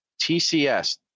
TCS